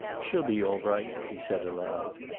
she'll be all right, he said aloud.